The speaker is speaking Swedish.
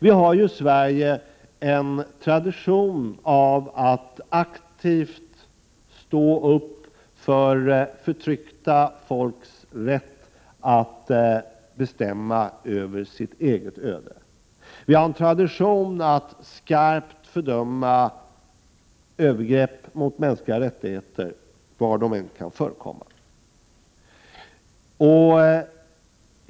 Vi har ju i Sverige en tradition att aktivt stå upp för förtryckta folks rätt att bestämma över sitt eget öde. Vi har en tradition att skarpt fördöma övergrepp mot mänskliga rättigheter var de än kan förekomma.